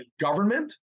government